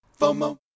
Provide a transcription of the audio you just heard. FOMO